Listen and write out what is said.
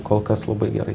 kol kas labai gerai